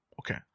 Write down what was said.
Okay